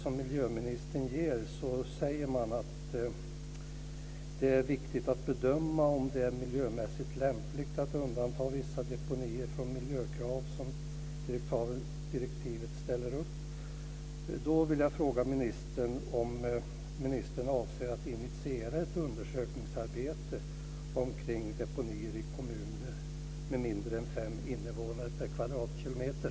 I miljöministerns svar sägs det att det är "viktigt att bedöma om det är miljömässigt lämpligt att undanta vissa deponier från de miljökrav som direktivet ställer upp". Avser ministern att initiera ett undersökningsarbete kring deponier i kommuner med mindre än 5 invånare per kvadratkilometer?